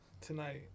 Tonight